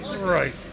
right